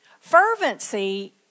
Fervency